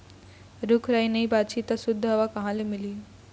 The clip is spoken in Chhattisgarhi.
रूख राई नइ बाचही त सुद्ध हवा कहाँ ले मिलही